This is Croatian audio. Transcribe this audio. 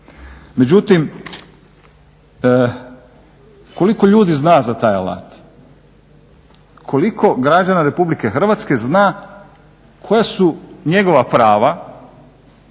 Međutim, koliko ljudi zna za taj alat? Koliko građana RH zna koja su njegova prava